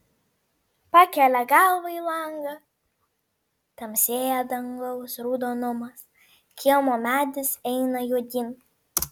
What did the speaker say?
pakelia galvą į langą tamsėja dangaus raudonumas kiemo medis eina juodyn